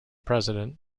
president